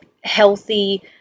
healthy